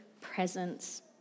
presence